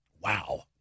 Wow